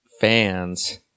fans